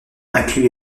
inclut